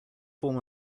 form